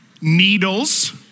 Needles